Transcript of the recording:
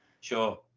sure